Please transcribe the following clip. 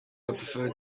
prefer